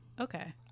Okay